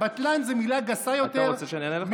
"בטלן" זו מילה גסה יותר מ"מושחתים"?